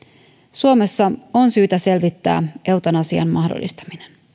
suomessa on syytä selvittää eutanasian mahdollistaminen